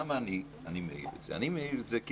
אני מעיר את זה כי